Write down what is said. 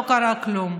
לא קרה כלום.